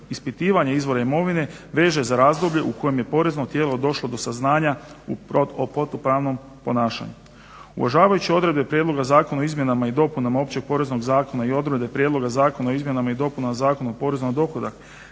ispitivanja izvora imovine veže za razdoblje u kojem je porezno tijelo došlo do saznanja o protupravnom ponašanju. Uvažavajući odredbe Prijedloga zakona o izmjenama i dopunama Općeg poreznog zakona i odredbe Prijedloga zakona o izmjenama i dopunama Zakona o porezu na dohodak